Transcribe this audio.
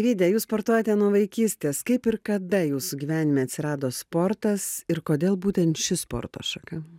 eivyde jūs sportuojate nuo vaikystės kaip ir kada jūsų gyvenime atsirado sportas ir kodėl būtent ši sporto šaka